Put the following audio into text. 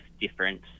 different